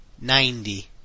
Ninety